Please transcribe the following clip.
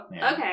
okay